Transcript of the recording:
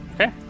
Okay